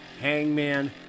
Hangman